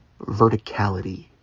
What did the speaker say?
verticality